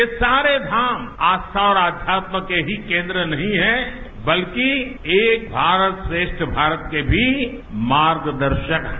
ये सारे धाम आस्था और आध्यात्म के ही केन्द्र नहीं है बल्कि एक भारत और श्रेष्ठ भारत के भी मार्गदर्शक है